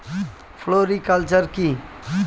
Floriculture কি?